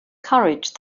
courage